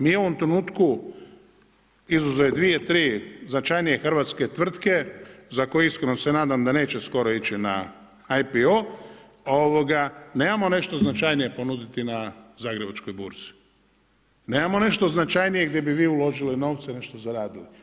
Mi u ovom trenutku, izuzev dvije, tri značajnije Hrvatske tvrtke, za koje iskreno se nadam da neće skoro ići na IPO, nemamo nešto značajnije ponuditi na Zagrebačkoj burzi, nemamo nešto značajnije gdje bi vi uložili novce i nešto zaradili.